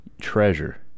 treasure